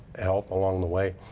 help along the way.